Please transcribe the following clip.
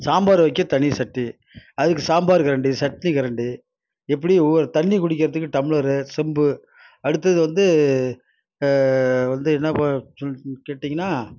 சாம்பார் வைக்க தனி சட்டி அதுக்கு சாம்பார் கரண்டி சட்டி கரண்டி எப்படியும் ஒவ்வொரு தண்ணி குடிக்கிறதுக்கு டம்ளரு சொம்பு அடுத்தது வந்து வந்து என்ன கேட்டிங்கனா